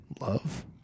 love